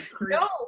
no